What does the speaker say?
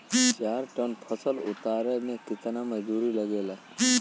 चार टन फसल उतारे में कितना मजदूरी लागेला?